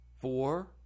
four